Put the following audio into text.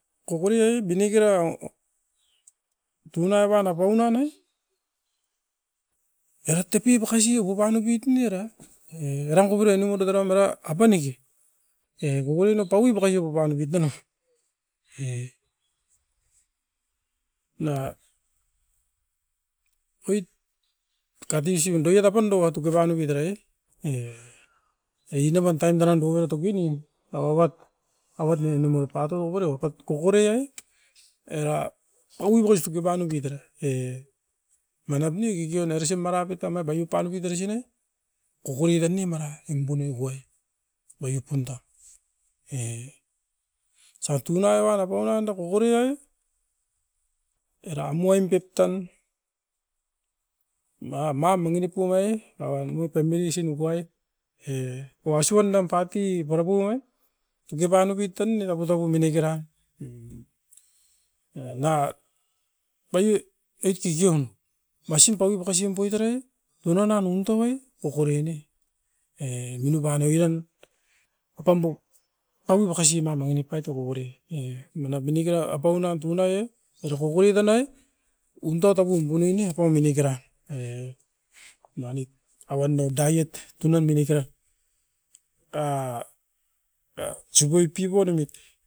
Kokori ai binekera tuna uan apaun nanai. Era tepi bakasi uka pan oupit ni era, e eran kopira inogotega eram era, apaniki. E kokori nou paui baka i oupan oupit nanga, e na oit kakatui sibun doiat apando tokepan oupit era e, a ii navan taim daran dokaut topi ni, pau avat, pau avat. Avat ne enimoi partoi okore oupat kokore ai? Era owi bakasik oupan oupit era, e manap ne kikion erasim mara pit tanai bai oupan oupit erasin ne. Koko oiran ne mara, impun ne guai wai opunda. E sa tunai van apaun nan da kokori ai, era muain pep tan manga ma mangi nip pun nai, a nuaip pemiri sin ukuai e o asuan dam party purapu nuai, tukepan oupit ton ne'ra putoku menekera bai'o oit kikion. Masim paui bakasim poit era'i, oi nan an untobai kokore ne e ninu ban oiran apam buk paun u bakasi mam mangi nip ait o kokore. E manap minikera apaun nan tunai e, era koko'i tanai, unta topum bunin ne apaun minekera. E manit, a uan ne dai'it tunan minekera, da supoip pipo nomit.